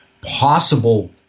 possible